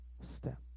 step